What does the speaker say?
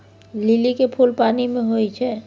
लिली के फुल पानि मे होई छै